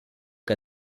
che